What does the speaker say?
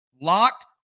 locked